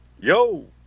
Yo